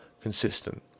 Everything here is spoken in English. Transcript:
consistent